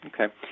Okay